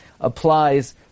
applies